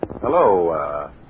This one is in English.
Hello